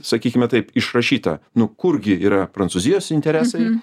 sakykime taip išrašyta nu kurgi yra prancūzijos interesai